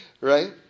right